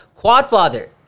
Quadfather